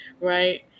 right